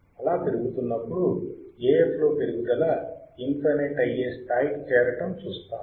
అలా పెరుగుతున్నప్పుడు Af లో పెరుగుదల ఇన్ఫైనైట్ అయ్యే స్థాయికి చేరటం చూస్తాము